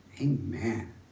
Amen